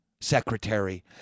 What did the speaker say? secretary